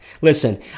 listen